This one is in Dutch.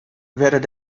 werden